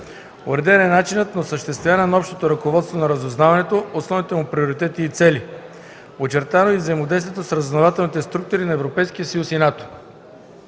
Уреден е начинът на осъществяване на общото ръководство на разузнаването, основните му приоритети и цели. Очертано е и взаимодействието с разузнавателните структури на Европейския съюз и НАТО.